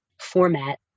format